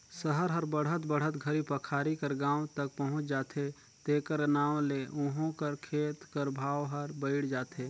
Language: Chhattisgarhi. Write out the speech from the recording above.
सहर हर बढ़त बढ़त घरी पखारी कर गाँव तक पहुंच जाथे तेकर नांव ले उहों कर खेत कर भाव हर बइढ़ जाथे